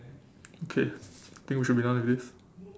okay think we should be done with this